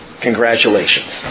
Congratulations